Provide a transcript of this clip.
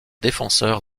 défenseur